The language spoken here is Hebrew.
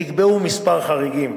נקבעו מספר חריגים.